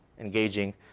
engaging